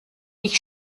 ich